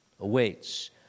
awaits